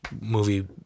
movie